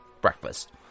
breakfast